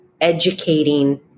educating